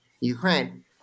Ukraine